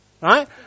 Right